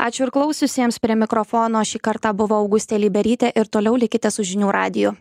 ačiū ir klausiusiems prie mikrofono šį kartą buvo augustė liberytė ir toliau likite su žinių radiju